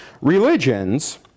religions